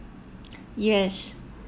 yes